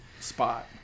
spot